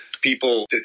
people